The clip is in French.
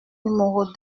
numéro